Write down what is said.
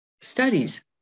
studies